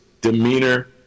demeanor